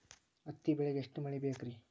ಹತ್ತಿ ಬೆಳಿಗ ಎಷ್ಟ ಮಳಿ ಬೇಕ್ ರಿ?